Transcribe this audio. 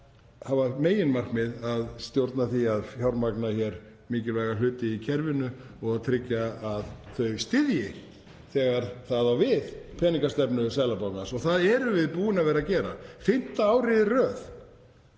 það að meginmarkmiði að stjórna því að fjármagna hér mikilvæga hluti í kerfinu og tryggja að þau styðji þegar það á við peningastefnu Seðlabankans. Það erum við búin að vera að gera. Fimmta árið í röð